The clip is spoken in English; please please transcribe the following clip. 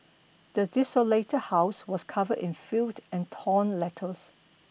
the desolated house was covered in filth and torn letters